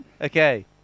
Okay